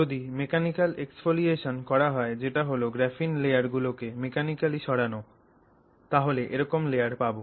যদি mechanical exfoliation করা হয় যেটা হল গ্রাফিন লেয়ার গুলোকে মেকানিকালি সরানো তাহলে এরকম লেয়ার পাবো